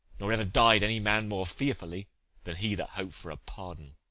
nor ever died any man more fearfully than he that hoped for a pardon.